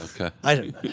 Okay